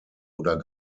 oder